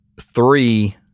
three